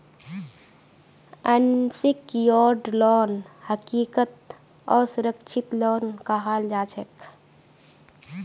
unsecured loan हकीकतत असुरक्षित loan कहाल जाछेक